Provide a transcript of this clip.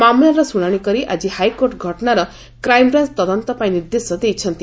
ମାମଲାର ଶୁଣାଣି କରି ଆଜି ହାଇକୋର୍ଟ ଘଟଣାର କ୍ରାଇମ୍ବ୍ରାଞ୍ ତଦନ୍ତ ପାଇଁ ନିର୍ଦ୍ଦେଶ ଦେଇଛନ୍ତି